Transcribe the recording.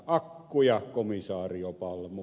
akkuja komisario palmu